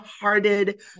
hearted